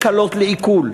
קלות לעיכול.